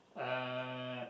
uh